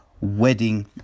Wedding